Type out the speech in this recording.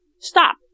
Stop